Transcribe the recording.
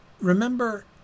Remember